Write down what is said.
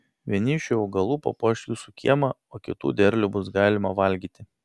vieni iš šių augalų papuoš jūsų kiemą o kitų derlių bus galima valgyti